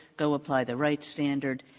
go apply the right standard,